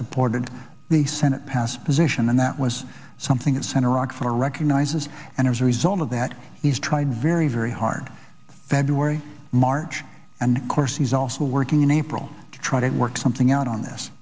supported the senate pass position and that was something that senator rockefeller recognizes and as a result of that he's tried very very hard very wary march and course he's also working in april to try to work something out on this